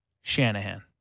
Shanahan